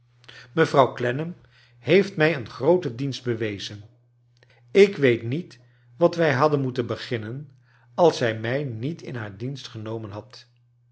mevrouw clennam heeft mij een grooten dienst bewezen ik vveet niet vvat wij hadden moeten beginnen als zij mij niet in haar dienst genomen had